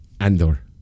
Andor